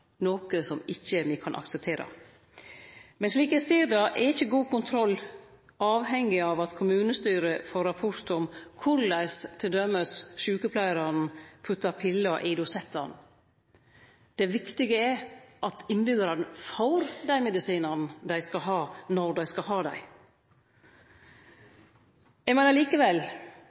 noko me ikkje kan akseptere. Men slik eg ser det, er ikkje god kontroll avhengig av at kommunestyret får rapport om korleis t.d. sjukepleiarane puttar piller i dosettane. Det viktige er at innbyggjarane får dei medisinane dei skal ha når dei skal ha dei. Eg meiner likevel